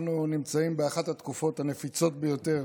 אנחנו נמצאים באחת התקופות הנפיצות ביותר